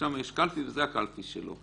שמה יש קלפי וזו הקלפי שלו.